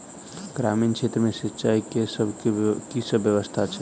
ग्रामीण क्षेत्र मे सिंचाई केँ की सब व्यवस्था छै?